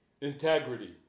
Integrity